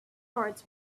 towards